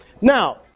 Now